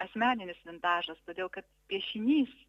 asmeninis vintažas todėl kad piešinys